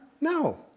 No